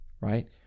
right